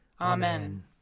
Amen